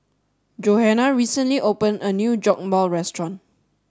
Johana recently opened a new Jokbal restaurant